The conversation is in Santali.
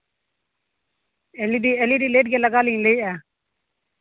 L E D L E D light ᱜᱮ ᱞᱟᱜᱟᱣ ᱞᱤᱧ ᱞᱟᱹᱭᱮᱫᱼᱟ